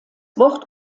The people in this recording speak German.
wort